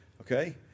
okay